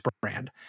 brand